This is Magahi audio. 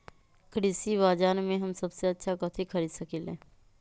कृषि बाजर में हम सबसे अच्छा कथि खरीद सकींले?